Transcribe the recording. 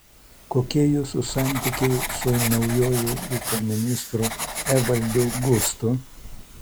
kokie jūsų santykiai su naujuoju ūkio ministru evaldu gustu